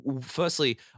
Firstly